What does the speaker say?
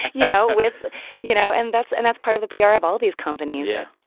you know, with you know, and that's and that's part of the pr of all these companies yeah.